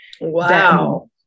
Wow